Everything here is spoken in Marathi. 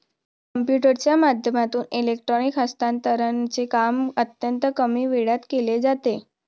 कम्प्युटरच्या माध्यमातून इलेक्ट्रॉनिक हस्तांतरणचे काम अत्यंत कमी वेळात केले जाते